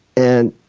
and,